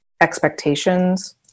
expectations